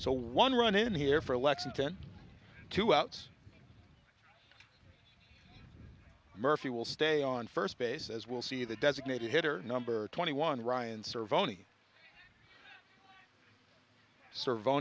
so one run in here for lexington two outs murphy will stay on first base as will see the designated hitter number twenty one ryan serve only serv